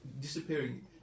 disappearing